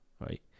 right